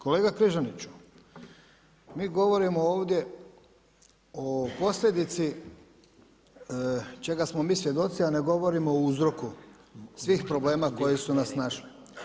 Kolega Križaniću, mi govorimo ovdje o posljedici čega smo mi svjedoci, a ne govorimo o uzroku svih problema koji su nas snašli.